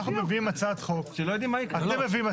אתם מביאים הצעת חוק דרמטית לעולם